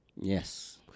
Yes